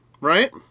right